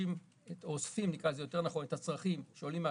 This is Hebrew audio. אוספים את הצרכים שעולים מהשטח.